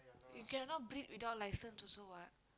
you cannot breed without license also what